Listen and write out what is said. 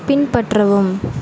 பின்பற்றவும்